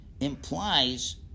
implies